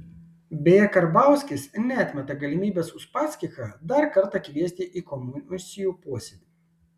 beje karbauskis neatmeta galimybės uspaskichą dar kartą kviesti į komisijų posėdį